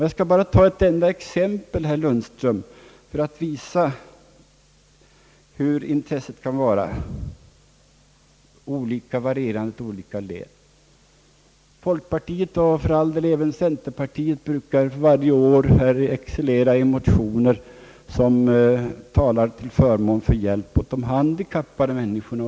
Jag skall bara ta ett enda exempel, herr Lundström, för att visa hur olika det kan vara och hur det kan variera i olika län. Folkpartiet — och för all del även centerpartiet — brukar varje år excellera i motioner som talar till förmån för hjälp åt handikappade människor.